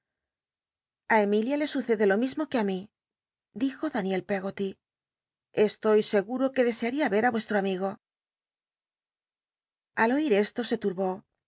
emilia le sucede lo mismo que á mi dijo daniel peggnly esto cgtuo que desearía e ti ue li'o amigo al oir e to e tmbó